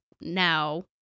now